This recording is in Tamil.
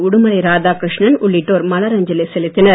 உடுமலை ராதாகிருஷ்ணன் உள்ளிட்டோர் மலர் அஞ்சலி செலுத்தினர்